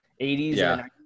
80s